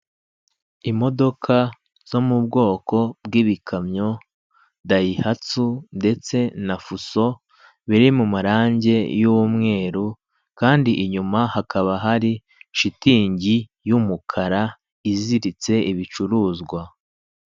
Imodoka zo mu bwoko bw'ibikamyo, dayihatsu, ndetse na fuso, biri mu marangi y'umweru, kandi inyuma hakaba hari shitingi y'umukara, iziritse ibicuruzwa.